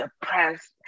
depressed